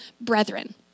brethren